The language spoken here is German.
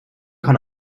kann